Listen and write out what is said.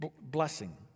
Blessing